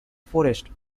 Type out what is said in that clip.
forest